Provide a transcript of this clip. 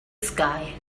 sky